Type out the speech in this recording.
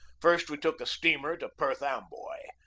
first we took a steamer to perth amboy.